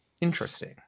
Interesting